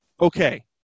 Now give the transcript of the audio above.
okay